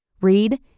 Read